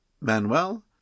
Manuel